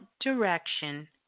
direction